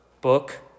book